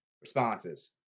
responses